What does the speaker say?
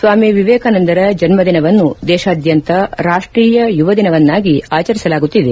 ಸ್ವಾಮಿ ವಿವೇಕಾನಂದರ ಜನ್ಮ ದಿನವನ್ನು ದೇಶಾದ್ಯಂತ ರಾಷ್ಟೀಯ ಯುವ ದಿನವನ್ನಾಗಿ ಆಚರಿಸಲಾಗುತ್ತಿದೆ